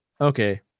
okay